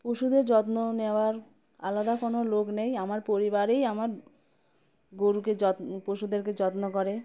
পশুদের যত্ন নেওয়ার আলাদা কোনো লোক নেই আমার পরিবারেই আমার গরুকে যত্ন পশুদেরকে যত্ন করে